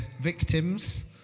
victims